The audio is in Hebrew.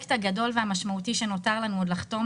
הפרויקט הגדול המשמעותי שנותר לנו עוד לחתום